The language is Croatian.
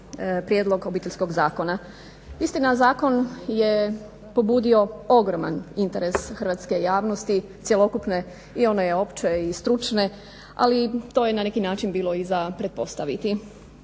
Prijedlog obiteljskog zakona. Istina, zakon je pobudio ogroman interes hrvatske javnosti, cjelokupne i one opće i stručne, ali to je na neki način bilo i za pretpostaviti.